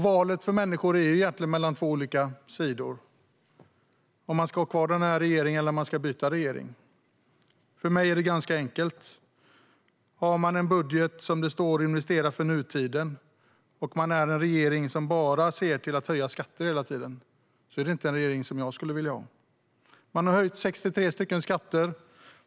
Valet för människor är egentligen mellan två olika sidor, om man ska ha kvar regeringen eller om man ska byta regering. För mig är det ganska enkelt. Har regeringen en budget där det står att den ska investera för nutiden, och det är en regering som bara ser till att höja skatter hela tiden, är det inte en regering som jag skulle vilja ha. Den har höjt 63 skatter.